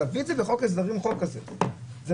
להביא חוק כזה בחוק ההסדרים,